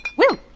well,